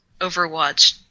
Overwatch